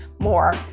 more